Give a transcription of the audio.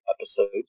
episode